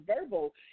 verbal